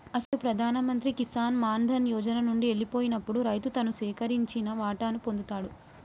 అసలు ప్రధాన మంత్రి కిసాన్ మాన్ ధన్ యోజన నండి ఎల్లిపోయినప్పుడు రైతు తను సేకరించిన వాటాను పొందుతాడు